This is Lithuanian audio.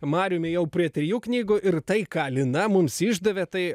mariumi jau prie trijų knygų ir tai ką lina mums išdavė tai